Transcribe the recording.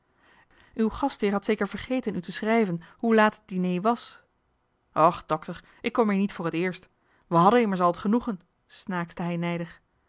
uw gastheer had zeker vergeten u te schrijven hoe laat het diner was och dokter ik kom hier niet voor het eerst we hadden immers al het genoegen snaakschte hij nijdig